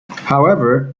however